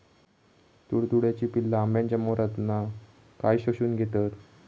तुडतुड्याची पिल्ला आंब्याच्या मोहरातना काय शोशून घेतत?